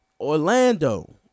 Orlando